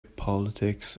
politics